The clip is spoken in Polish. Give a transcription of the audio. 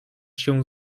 się